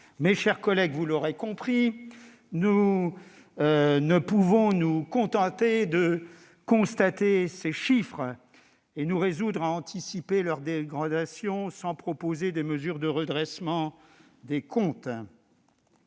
Mes chers collègues, vous l'aurez compris, nous ne pouvons pas nous contenter de constater des chiffres ni nous résoudre à anticiper leur dégradation sans proposer de mesures de redressement des comptes.